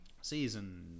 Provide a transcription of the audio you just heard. Season